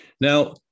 Now